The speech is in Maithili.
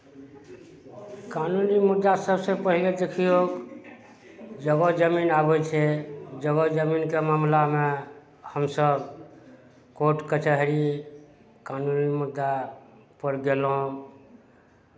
कानूनी मुद्दा सभसँ पहिने देखियौ जगह जमीन आबै छै जगह जमीनके मामिलामे हमसभ कोर्ट कचहरी कानूनी मुद्दापर गेलहुँ